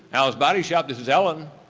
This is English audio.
al's body shop, this is ellen.